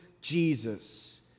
Jesus